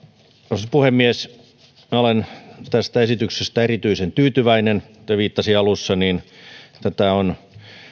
arvoisa puhemies minä olen tästä esityksestä erityisen tyytyväinen kuten viittasin alussa tätä on